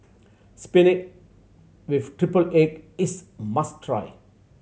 spinach with triple egg is must try